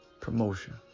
promotion